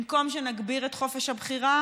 במקום שנגביר את חופש הבחירה,